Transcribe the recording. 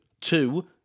two